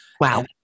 Wow